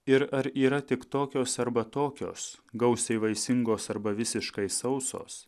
ir ar yra tik tokios arba tokios gausiai vaisingos arba visiškai sausos